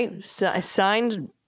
signed